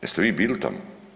Jeste vi bili tamo?